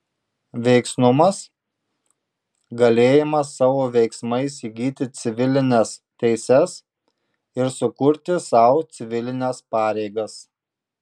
veiksnumas galėjimas savo veiksmais įgyti civilines teises ir sukurti sau civilines pareigas